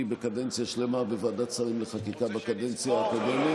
בקדנציה שלמה בוועדת שרים לחקיקה בקדנציה הקודמת.